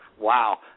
Wow